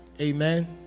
amen